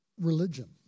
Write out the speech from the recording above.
religion